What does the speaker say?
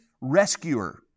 rescuer